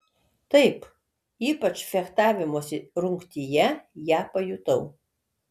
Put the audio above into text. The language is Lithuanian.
taip ypač fechtavimosi rungtyje ją pajutau